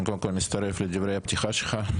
קודם כל, אני מצטרף לדברי הפתיחה שלך.